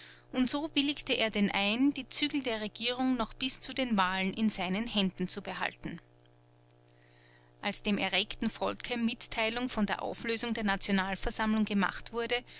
und so willigte er denn ein die zügel der regierung noch bis zu den wahlen in seinen händen zu behalten als dem erregten volke mitteilung von der auflösung der nationalversammlung gemacht wurde